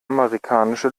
amerikanische